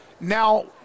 now